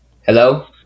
Hello